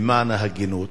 למען ההגינות,